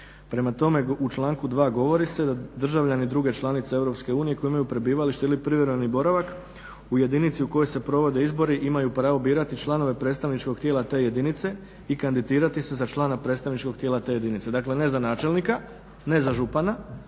prema tome u članku 2.govori se da državljani druge članice EU koji imaju prebivalište ili privremeni boravak u jedinici u kojoj se provode izbori imaju pravo birati članove predstavničkog tijela te jedinice i kandidirati se za člana predstavničkog tijela te jedinice. Dakle ne za načelnika, ne za župana,